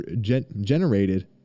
generated